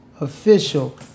official